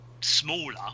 smaller